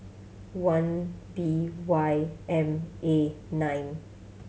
one B Y M A nine